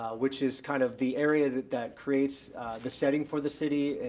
which is kind of the area that that creates the setting for the city.